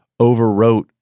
overwrote